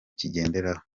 kigenderaho